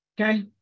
Okay